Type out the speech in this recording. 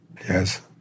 Yes